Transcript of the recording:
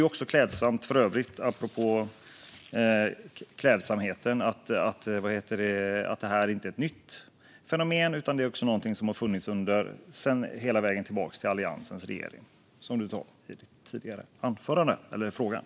Apropå klädsamhet är det bra att minnas att det här inte är ett nytt fenomen utan att det är någonting som har funnits så långt tillbaka som till Alliansens regering, som du talade om tidigare.